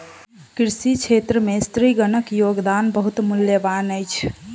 कृषि क्षेत्र में स्त्रीगणक योगदान बहुत मूल्यवान अछि